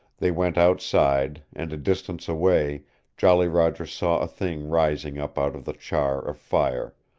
they went outside and a distance away jolly roger saw a thing rising up out of the char of fire,